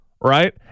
right